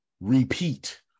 repeat